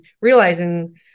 realizing